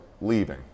leaving